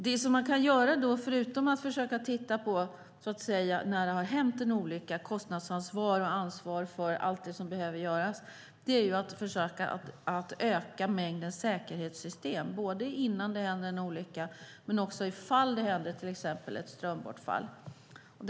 Det som man kan göra förutom att när det har hänt en olycka försöka titta på kostnadsansvar och ansvar för allt det som behöver göras är att försöka att öka mängden säkerhetssystem, både innan det händer en olycka och ifall till exempel ett strömbortfall inträffar.